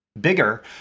bigger